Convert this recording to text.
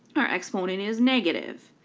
our exponent is negative.